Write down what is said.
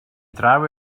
draw